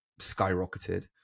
skyrocketed